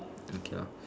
okay lor